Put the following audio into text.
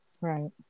right